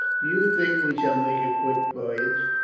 do you think we shall make a quick voyage?